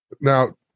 Now